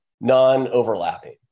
non-overlapping